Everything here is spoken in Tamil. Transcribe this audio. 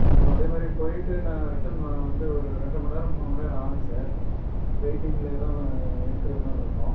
அதே மாதிரி போய்ட்டு நான் ரிட்டன் வந்து ஒரு ரெண்டு மணிநேரம் மூணு மணிநேரம் ஆகும் சார் வெயிட்டிங்கில்தான் இருக்கிற மாதிரி இருக்கும்